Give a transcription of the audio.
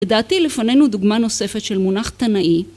‫לדעתי לפנינו דוגמה נוספת ‫של מונח תנאי.